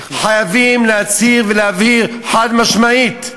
חייבים להצהיר ולהבהיר חד-משמעית: